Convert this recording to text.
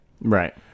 Right